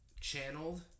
channeled